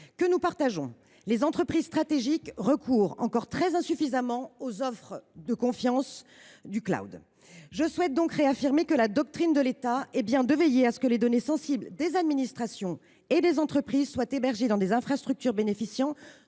que nous partageons : les entreprises stratégiques ont encore très insuffisamment recours aux offres de de confiance. Je souhaite donc réaffirmer que la doctrine de l’État est bien de veiller à ce que les données sensibles des administrations et des entreprises soient hébergées dans des infrastructures bénéficiant